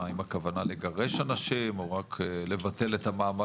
מה עם הכוונה לגרש אנשים או רק לבטל את ההגנה